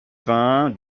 vin